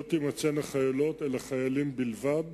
לא תימצאנה חיילות אלא חיילים בלבד,